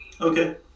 Okay